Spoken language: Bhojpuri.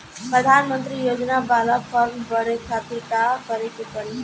प्रधानमंत्री योजना बाला फर्म बड़े खाति का का करे के पड़ी?